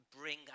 bring